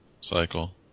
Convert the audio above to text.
cycle